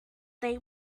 they